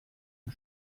und